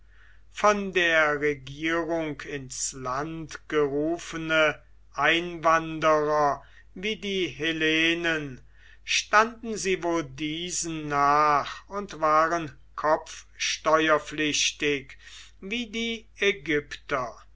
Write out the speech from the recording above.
von der regierung ins land gerufene einwanderer wie die hellenen standen sie wohl diesen nach und waren kopfsteuerpflichtig wie die ägypter